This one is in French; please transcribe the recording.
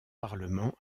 parlement